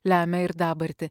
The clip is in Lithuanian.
lemia ir dabartį